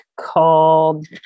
called